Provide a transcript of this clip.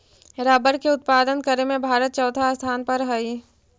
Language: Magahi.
रबर के उत्पादन करे में भारत चौथा स्थान पर हई